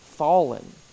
fallen